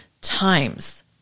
times